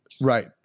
Right